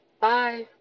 bye